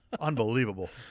Unbelievable